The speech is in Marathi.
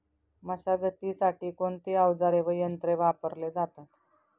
मशागतीसाठी कोणते अवजारे व यंत्र वापरले जातात?